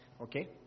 Okay